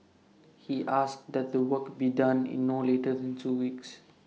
he asked that the work be done in no later than two weeks